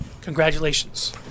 congratulations